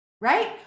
right